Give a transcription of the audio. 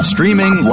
Streaming